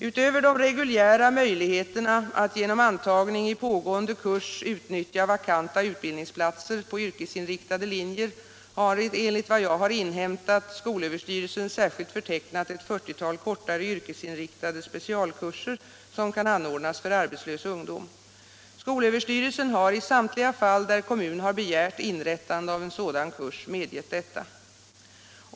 Utöver de reguljära möjligheterna att genom antagning i pågående kurs utnyttja vakanta utbildningsplatser på yrkesinriktade linjer har, enligt vad jag har inhämtat, skolöverstyrelsen särskilt förtecknat ett 40-tal kortare yrkesinriktade specialkurser, som kan anordnas för arbetslös ung dom. Skolöverstyrelsen har i samtliga fall, där kommun har begärt in Nr 86 rättande av en sådan kurs, medgett detta.